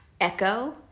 echo